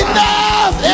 Enough